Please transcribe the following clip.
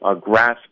grasp